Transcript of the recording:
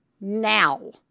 now